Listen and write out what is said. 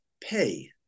pay